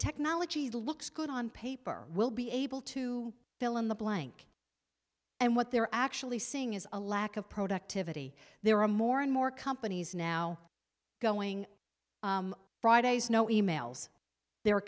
technology looks good on paper we'll be able to fill in the blank and what they're actually seeing is a lack of productivity there are more and more companies now going fridays no emails the